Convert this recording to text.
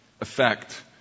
effect